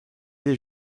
les